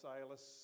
Silas